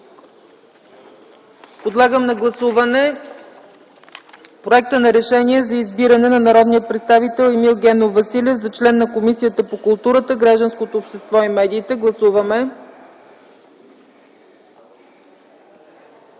Подлагам на гласуване Проекта на решение за избиране на народния представител Емил Генов Василев за член на Комисията по културата, гражданското общество и медиите. Гласували